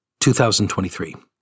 2023